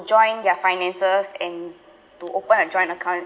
join their finances and to open a joint account